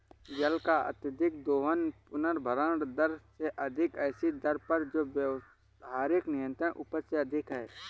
जल का अत्यधिक दोहन पुनर्भरण दर से अधिक ऐसी दर पर जो व्यावहारिक निरंतर उपज से अधिक है